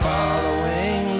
Following